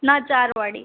ના ચારવાળી